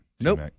Nope